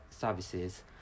services